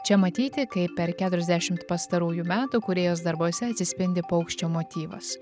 čia matyti kaip per keturiasdešimt pastarųjų metų kūrėjos darbuose atsispindi paukščio motyvas